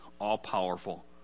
all-powerful